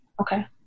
Okay